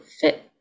fit